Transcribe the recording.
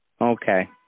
Okay